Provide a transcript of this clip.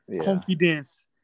confidence